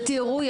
אני